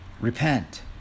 repent